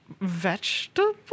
vegetable